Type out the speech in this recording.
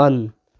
on